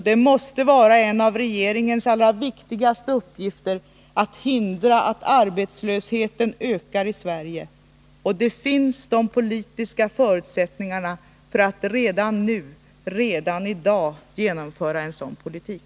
Det måste vara en av regeringens allra viktigaste uppgifter att hindra att arbetslösheten ökar i Sverige. Det finns politiska förutsättningar för att redan nu, redan i dag, genomföra en sådan politik.